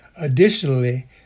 Additionally